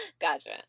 Gotcha